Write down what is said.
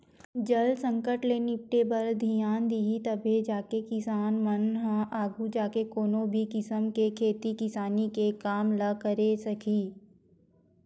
जल संकट ले निपटे बर धियान दिही तभे जाके किसान मन ह आघू जाके कोनो भी किसम के खेती किसानी के काम ल करे सकही